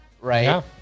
right